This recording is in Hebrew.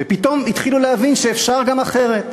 ופתאום התחילו להבין שאפשר גם אחרת,